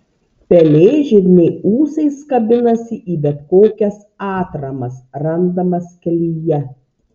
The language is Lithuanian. pelėžirniai ūsais kabinasi į bet kokias atramas randamas kelyje